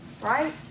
right